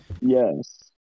Yes